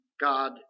God